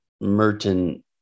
Merton